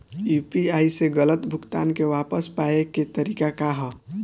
UPI से गलत भुगतान के वापस पाये के तरीका का ह?